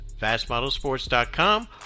FastModelSports.com